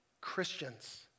Christians